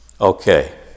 Okay